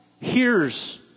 hears